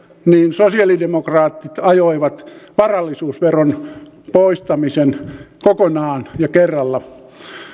sosialidemokraatit ajoivat varallisuusveron poistamisen kokonaan ja kerralla